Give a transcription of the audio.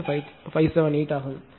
98578 ஆகும்